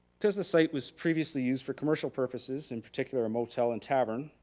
because the site was previously used for commercial purposes, in particular, a motel and tavern,